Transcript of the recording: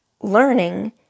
learning